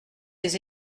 des